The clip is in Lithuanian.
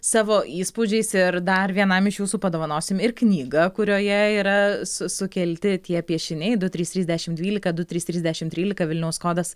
savo įspūdžiais ir dar vienam iš jūsų padovanosim ir knygą kurioje yra su sukelti tie piešiniai du trys trys dešim dvylika du trys trys dešim trylika vilniaus kodas